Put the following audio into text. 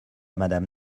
madame